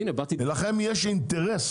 לכם יש אינטרס